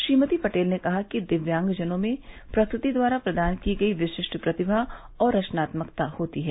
श्रीमती पटेल ने कहा कि दिव्यांग जनों में प्रकृति द्वारा प्रदान की गयी विशिष्ट प्रतिभा और रचनात्मकता होती है